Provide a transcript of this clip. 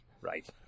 Right